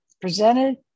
presented